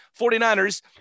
49ers